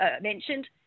mentioned